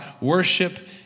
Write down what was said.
worship